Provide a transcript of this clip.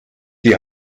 die